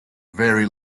very